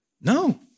No